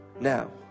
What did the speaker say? now